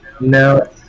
No